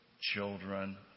children